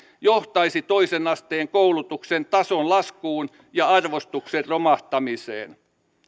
johtaisi toisen asteen koulutuksen tason laskuun ja arvostuksen romahtamiseen